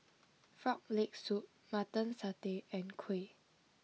Frog Leg Soup Mutton Satay and Kuih